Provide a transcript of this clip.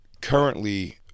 currently